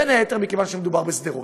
בין היתר מכיוון שמדובר בשדרות.